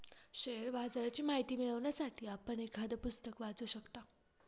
share बाजाराची माहिती मिळवण्यासाठी आपण एखादं पुस्तक वाचू शकता